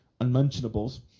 unmentionables